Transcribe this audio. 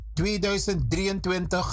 2023